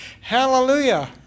Hallelujah